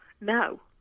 no